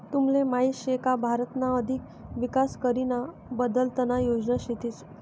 तुमले माहीत शे का भारतना अधिक विकास करीना बलतना योजना शेतीस